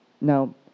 Now